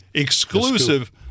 exclusive